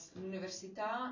l'università